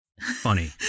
funny